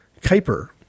Kuiper